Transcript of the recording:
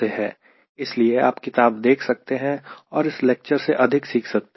इसलिए आप किताब देख सकते हैं और इस लेक्चर से अधिक सीख सकते हैं